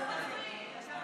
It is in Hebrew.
יושב-ראש הסיעה, איתן.